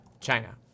China